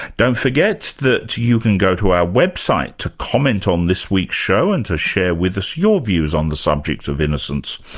don't forget that you can go to our website to comment on this week's show and to share with us your views on the subject of innocence,